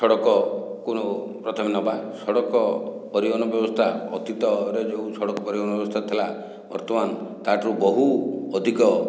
ସଡ଼କକୁ ପ୍ରଥମେ ନେବା ସଡ଼କ ପରିବହନ ବ୍ୟବସ୍ଥା ଅତୀତରେ ଯେଉଁ ସଡ଼କ ପରିବହନ ବ୍ୟବସ୍ଥା ଥିଲା ବର୍ତ୍ତମାନ ତା'ଠାରୁ ବହୁ ଅଧିକ